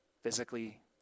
physically